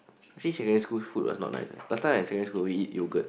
actually secondary school food was not nice eh last time I secondary school would eat yogurt